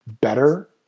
better